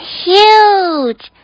huge